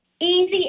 easy